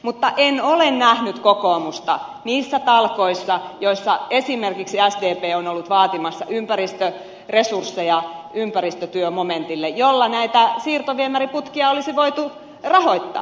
mutta en ole nähnyt kokoomusta niissä talkoissa joissa esimerkiksi sdp on ollut vaatimassa ympäristöresursseja ympäristötyömomentille jolla näitä siirtoviemäriputkia olisi voitu rahoittaa